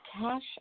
cash